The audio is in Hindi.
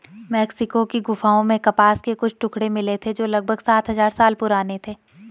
मेक्सिको की गुफाओं में कपास के कुछ टुकड़े मिले थे जो लगभग सात हजार साल पुराने थे